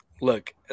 look